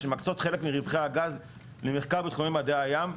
שמקצות חלק מרווחי הגז למחקר בתחומי מדעי הים.